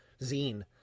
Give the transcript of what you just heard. zine